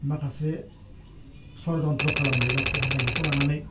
माखासे सर जन्थ्र' खालामनाय बा फाहायनायखौ लानानै